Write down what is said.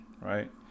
Right